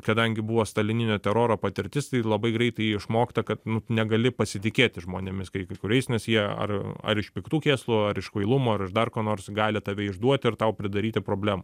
kadangi buvo stalininio teroro patirtis tai labai greitai išmokta kad negali pasitikėti žmonėmis kai kai kuriais nes jie ar ar iš piktų kėslų ar iš kvailumo ar iš dar ko nors gali tave išduoti ir tau pridaryti problemų